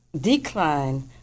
decline